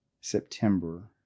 September